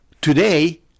Today